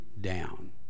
down